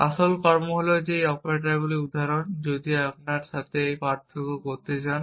আসল কর্ম হল এই অপারেটরদের উদাহরণ যদি আপনি তাদের মধ্যে পার্থক্য করতে চান